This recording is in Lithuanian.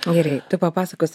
gerai tai papasakos